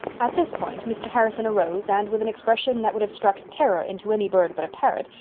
at this point mr. harrison arose and, with an expression that would have struck terror into any bird but a parrot,